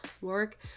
work